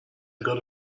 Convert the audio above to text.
gotta